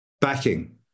backing